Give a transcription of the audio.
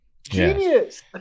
genius